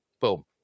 boom